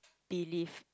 believe